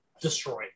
destroyed